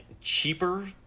cheaper